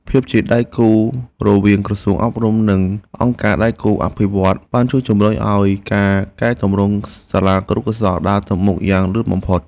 ភាពជាដៃគូរវាងក្រសួងអប់រំនិងអង្គការដៃគូអភិវឌ្ឍន៍បានជួយជំរុញឱ្យការកែទម្រង់សាលាគរុកោសល្យដើរទៅមុខយ៉ាងលឿនបំផុត។